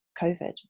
COVID